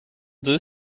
deux